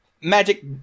magic